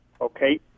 okay